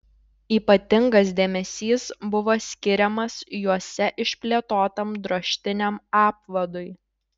ypatingas dėmesys buvo skiriamas juose išplėtotam drožtiniam apvadui